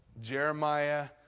Jeremiah